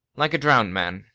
like a drown'd man,